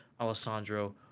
Alessandro